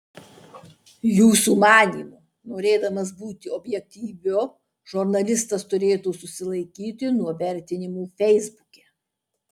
jūsų manymu norėdamas būti objektyviu žurnalistas turėtų susilaikyti nuo vertinimų feisbuke